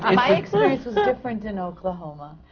um my experience was different in oklahoma!